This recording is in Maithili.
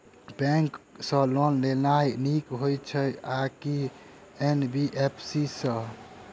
बैंक सँ लोन लेनाय नीक होइ छै आ की एन.बी.एफ.सी सँ?